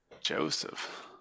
Joseph